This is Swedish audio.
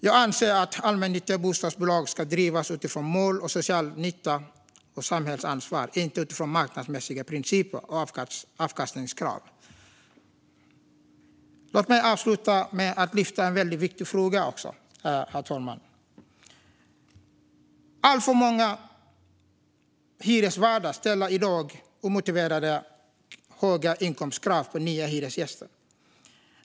Jag anser att allmännyttiga bostadsbolag ska drivas utifrån mål om social nytta och samhällsansvar, inte utifrån marknadsmässiga principer och avkastningskrav. Låt mig avsluta med att lyfta fram en väldigt viktig fråga, herr talman. Alltför många hyresvärdar ställer i dag omotiverat höga inkomstkrav på nya hyresgäster.